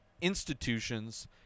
institutions